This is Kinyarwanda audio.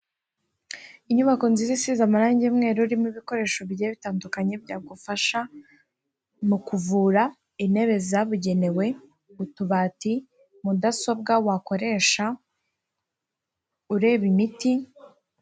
Inyubako nziza isize amarangi y'umweru, irimo ibikoresho bijye bitandukanye byagufasha mu kuvura intebe zabugenewe, utubati, mudasobwa wakoresha ureba imiti.